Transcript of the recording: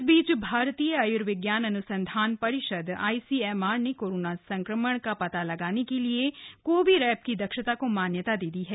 इस बीच भारतीय आयुर्विज्ञान अनुसंधान परिषद आई सी एम आर ने कोरोना संक्रमण का पता लगाने के लिए कोविरैप की दक्षता को मान्यता दे दी है